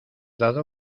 dado